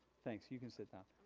thanks you can sit down.